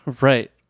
Right